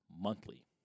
monthly